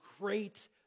great